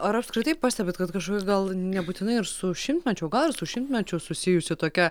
ar apskritai pastebit kad kažkokia gal nebūtinai ir su šimtmečiu gal ir su šimtmečiu susijusi tokia